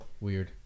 Weird